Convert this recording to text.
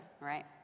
right